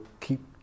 keep